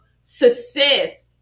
success